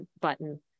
button